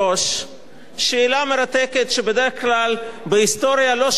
שבדרך כלל בהיסטוריה לא שואלים אותה אבל בפוליטיקה כדאי לשאול: